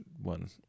one